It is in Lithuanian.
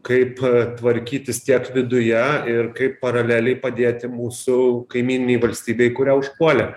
kaip tvarkytis tiek viduje ir kaip paraleliai padėti mūsų kaimyninei valstybei kurią užpuolė